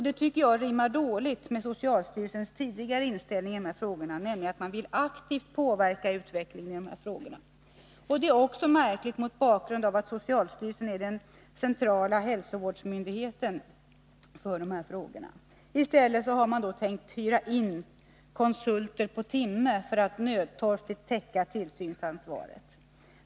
Det tycker jag rimmar dåligt med socialstyrelsens tidigare inställning, att man aktivt vill påverka utvecklingen i de avseendena. Det är också märkligt mot bakgrund av att socialstyrelsen är den centrala hälsovårdsmyndigheten för dessa frågor. I stället har man tänkt hyra in konsulter på timme för att nödtorftigt täcka tillsynsansvaret.